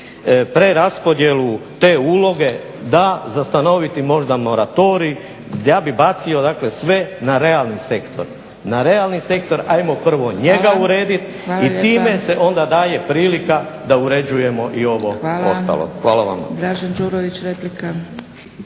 preraspodjelu te uloge, da. Za stanoviti možda moratorij, da bi bacio dakle sve na realni sektor. Hajmo prvo njega urediti i time se onda daje prilika da uređujemo i ovo ostalo. Hvala vam.